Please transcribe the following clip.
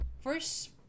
first